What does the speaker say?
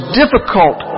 difficult